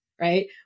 right